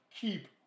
keep